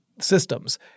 systems